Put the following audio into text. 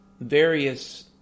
various